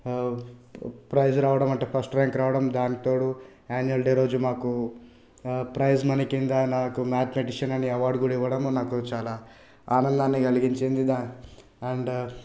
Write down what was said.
price రావడం అంటే first rank రావడం దానికి తోడు అన్యువల్ రోజు మాకు ప్రైజ్ మనీ కింద నాకు మ్యాథమెటిషియన్ అని అవార్డు కూడా ఇవ్వడం నాకు చాలా ఆనందాన్ని కలిగించిందిగా అండ్